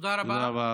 תודה רבה.